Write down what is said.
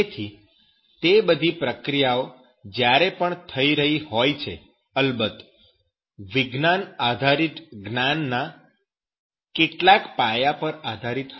તેથી તે બધી પ્રક્રિયાઓ જ્યારે પણ થઈ રહી હોય છે અલબત્ત વિજ્ઞાન આધારિત જ્ઞાનના કેટલાક પાયા પર આધારિત હશે